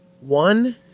One